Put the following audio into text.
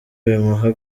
bimuha